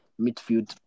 midfield